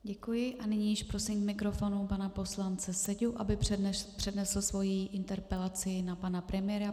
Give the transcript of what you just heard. Děkuji a nyní již prosím k mikrofonu pana poslance Seďu, aby přednesl svoji interpelaci na pana premiéra.